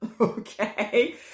okay